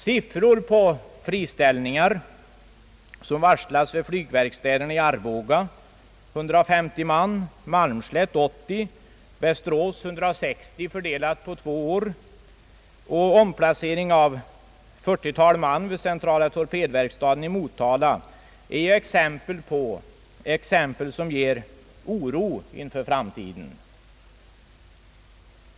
Siffror på friställningar som varslats är följande: vid flygverkstäderna i Arboga 150 man, Malmslätt 80, Västerås 160 fördelat på två år, omplacering av ett 40-tal man vid centrala torpedverkstaden i Motala. Detta inger oro för framtiden.